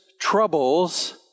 troubles